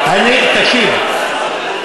תקשיב,